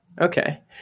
Okay